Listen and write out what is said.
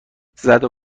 زدو